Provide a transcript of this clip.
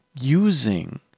using